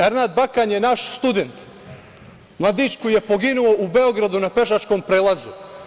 Ernad Bakan je naš student, mladić koji je poginuo u Beogradu na pešačkom prelazu.